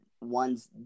ones